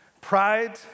Pride